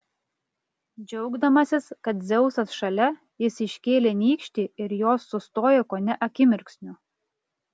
džiaugdamasis kad dzeusas šalia jis iškėlė nykštį ir jos sustojo kone akimirksniu